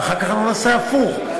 ואחר כך נעשה הפוך,